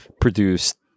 produced